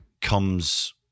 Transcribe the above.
comes